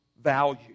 value